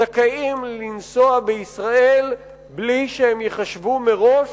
זכאים לנסוע בישראל בלי שהם ייחשבו מראש